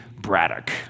Braddock